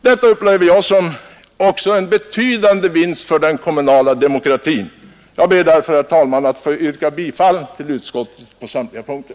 Detta upplever jag också som en betydande vinst för den kommunala demokratin. Jag ber, herr talman, att få yrka bifall till utskottets förslag på samtliga punkter.